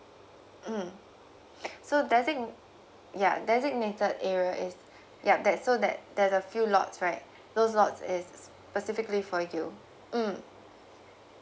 mm so desig~ ya designated area is ya there's so there there's a few lots right those lots is specifically for you mm